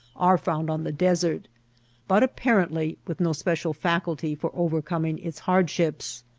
are found on the desert but apparently with no special faculty for overcoming its hardships.